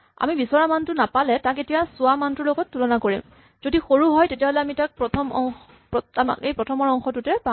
আমি বিচৰা মানটো নাপালে তাক এতিয়া চোৱা মানটোৰ লগত তুলনা কৰিম যদি সৰু হয় তেতিয়াহ'লে আমি তাক এই প্ৰথমৰ অংশটোত পাম